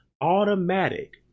automatic